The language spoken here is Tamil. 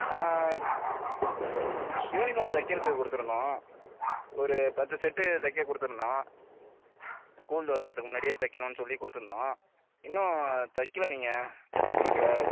யூனிஃபார்ம் தைக்கிறதுக்கு கொடுத்துருந்தோம் ஒரு பத்து செட்டு தைக்க கொடுத்துருந்தோம் ஸ்கூல் திறக்கறதுக்கு முன்னாடியே தைக்கணும்னு சொல்லி கொடுத்துருந்தோம் இன்னும் தைக்கல நீங்கள் தைச்சி கொடுக்கல